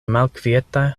malkvieta